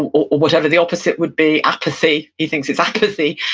or whatever the opposite would be, apathy, he thinks it's apathy.